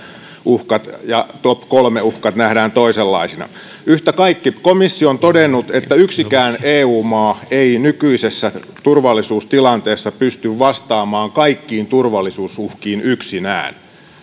uhkat ja top kolme uhkat nähdään toisenlaisina yhtä kaikki komissio on todennut että yksikään eu maa ei nykyisessä turvallisuustilanteessa pysty vastaamaan kaikkiin turvallisuusuhkiin yksinään